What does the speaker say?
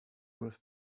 was